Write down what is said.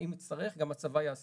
ואם נצטרך, גם הצבא יעשה.